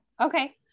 Okay